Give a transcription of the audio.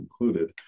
included